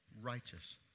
righteous